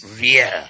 real